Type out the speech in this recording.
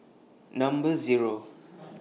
Number Zero